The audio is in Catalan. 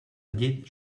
llet